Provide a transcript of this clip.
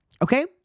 Okay